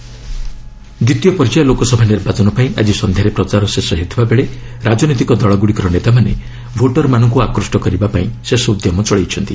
campaigning second phase ଦ୍ୱିତୀୟ ପର୍ଯ୍ୟାୟ ଲୋକସଭା ନିର୍ବାଚନ ପାଇଁ ଆଜି ସନ୍ଧ୍ୟାରେ ପ୍ରଚାର ଶେଷ ହେଉଥିବା ବେଳେ ରାଜନୈତିକ ଦଳଗୁଡ଼ିକର ନେତାମାନେ ଭୋଟରମାନଙ୍କୁ ଆକୃଷ୍ଟ କରିବା ପାଇଁ ଶେଷ ଉଦ୍ୟମ ଚଳାଇଛନ୍ତି